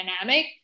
dynamic